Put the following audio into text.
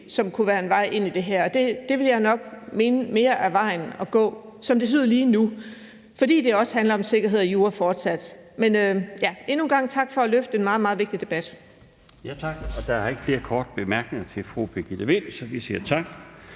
som kunne være en vej ind i det her? Og det vil jeg nok mene mere er vejen at gå, som det ser ud lige nu – fordi det fortsat også handler om sikkerhed og jura. Men endnu en gang tak for at løfte en meget, meget vigtig debat. Kl. 17:04 Den fg. formand (Bjarne Laustsen): Tak. Der er ikke flere korte bemærkninger til fru Birgitte Vind, så vi siger tak.